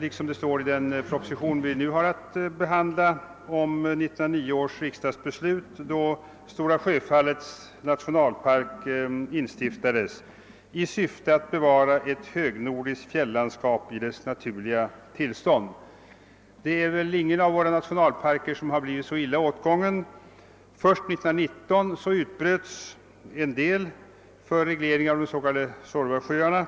— liksom i den proposition vi nu har att behandla — om .1909 års riksdagsbeslut då Stora Sjöfallets nationalpark instiftades att det skedde »i syfte att bevara ett högnordiskt fjällandskap i dess naturliga tillstånd«. Men det är väl ingen av våra nationalparker som har blivit så illa åtgången. Först utbröts år 1919 en del för reglering av de s.k, Suorvasjöarna.